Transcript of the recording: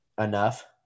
Enough